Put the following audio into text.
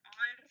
on